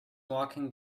walking